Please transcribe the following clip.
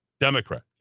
democrat